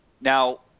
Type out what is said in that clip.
Now